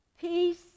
Peace